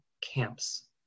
camps